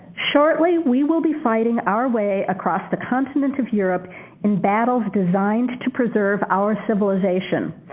shortly we will be fighting our way across the continent of europe in battles designed to preserve our civilization.